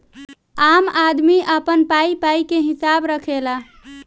आम आदमी अपन पाई पाई के हिसाब रखेला